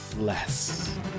less